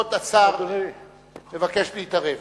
כבוד השר מבקש להתערב.